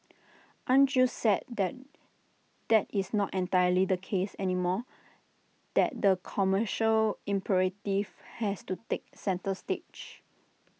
aren't you sad that that is not entirely the case anymore that the commercial imperative has to take centre stage